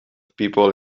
people